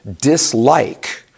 dislike